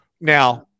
Now